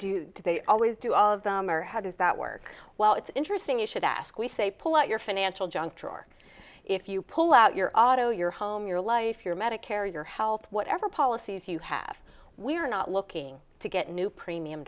day always do all of them or how does that work well it's interesting you should ask we say pull out your financial junk drawer if you pull out your auto your home your life your medicare your health whatever policies you have we're not looking to get new premium